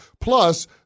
Plus